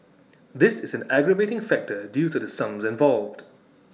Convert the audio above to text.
this is an aggravating factor due to the sums involved